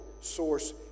source